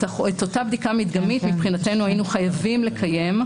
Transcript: את אותה בדיקה מדגמית מבחינתנו היינו חייבים לקיים,